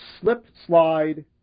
slip-slide